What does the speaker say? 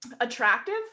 Attractive